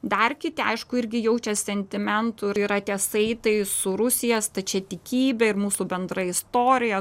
dar kiti aišku irgi jaučia sentimentų ir yra tie saitai su rusija stačiatikybe ir mūsų bendra istorija